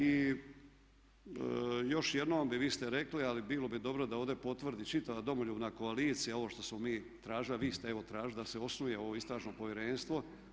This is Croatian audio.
I još jednom i vi ste rekli ali bilo bi dobro da ovdje potvrdi čitava Domoljubna koalicija ovo što smo mi tražili a vi ste evo tražili da se osnuje ovo istražno povjerenstvo.